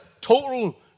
total